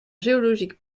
géologique